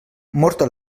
morta